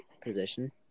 position